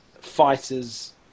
fighters